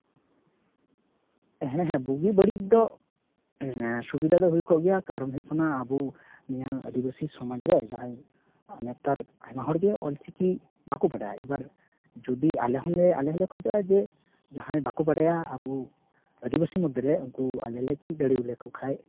ᱦᱮᱸ ᱦᱮᱸ ᱵᱩᱜᱤ ᱵᱟᱹᱲᱤᱡ ᱫᱚ ᱥᱩᱵᱤᱫᱟ ᱫᱚ ᱦᱩᱭ ᱠᱚᱜ ᱜᱮᱭᱟ ᱠᱟᱨᱚᱱ ᱦᱩᱭᱩᱜ ᱠᱟᱱᱟ ᱟᱵᱚ ᱱᱤᱭᱟᱹ ᱟᱹᱫᱤᱵᱟᱹᱥᱤ ᱥᱚᱢᱟᱡᱽ ᱨᱮ ᱡᱟᱦᱟᱸᱭ ᱱᱮᱛᱟᱨ ᱟᱭᱢᱟ ᱦᱚᱲᱜᱮ ᱚᱞ ᱪᱤᱠᱤ ᱵᱟᱠᱚ ᱵᱟᱰᱟᱭᱟ ᱮᱵᱟᱨ ᱡᱩᱫᱤ ᱟᱞᱮ ᱦᱚᱸᱞᱮ ᱟᱞᱮ ᱦᱚᱸᱞᱮ ᱠᱷᱚᱡᱚᱜᱼᱟ ᱡᱮ ᱡᱟᱦᱟᱸᱭ ᱵᱟᱠᱚ ᱵᱟᱰᱟᱭᱟ ᱟᱵᱚ ᱟᱹᱫᱤᱵᱟᱥᱤ ᱢᱚᱫᱽᱫᱷᱮ ᱨᱮ ᱩᱱᱠᱩ ᱟᱞᱮ ᱞᱮ ᱪᱮᱫ ᱫᱟᱲᱮ ᱞᱮᱠᱚ ᱠᱷᱟᱱ